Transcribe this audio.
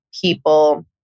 people